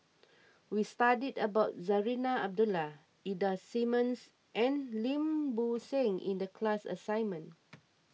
we studied about Zarinah Abdullah Ida Simmons and Lim Bo Seng in the class assignment